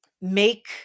make